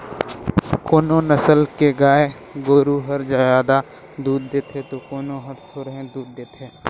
कोनो नसल के गाय गोरु हर जादा दूद देथे त कोनो हर थोरहें दूद देथे